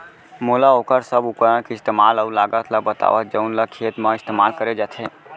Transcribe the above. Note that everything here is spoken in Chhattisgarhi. मोला वोकर सब उपकरण के इस्तेमाल अऊ लागत ल बतावव जउन ल खेत म इस्तेमाल करे जाथे?